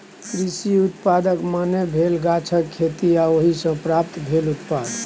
कृषि उत्पादक माने भेल गाछक खेती आ ओहि सँ प्राप्त भेल उत्पाद